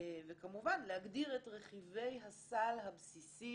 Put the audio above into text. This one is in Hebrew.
וכמובן להגדיר את רכיבי הסל הבסיסי